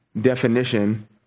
definition